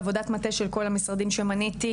עבודת מטה של כל המשרדים שמניתי,